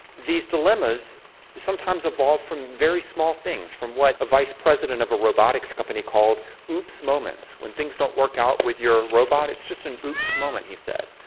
these dilemmas sometimes evolve from very small things. from what a vice-president of a robotics company called oops moments. when things don't work out with your robot, it's just an oops moment, he said.